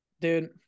Dude